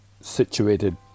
situated